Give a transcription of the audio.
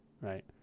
right